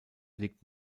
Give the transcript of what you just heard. liegt